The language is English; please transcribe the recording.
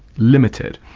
limited.